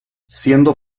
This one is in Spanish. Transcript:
siendo